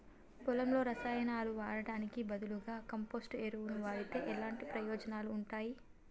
పొలంలో రసాయనాలు వాడటానికి బదులుగా కంపోస్ట్ ఎరువును వాడితే ఎలాంటి ప్రయోజనాలు ఉంటాయి?